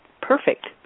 perfect